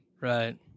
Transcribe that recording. Right